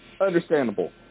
understandable